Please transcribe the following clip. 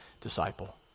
disciple